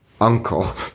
uncle